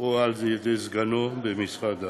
או על-ידי סגנו במשרד הבריאות.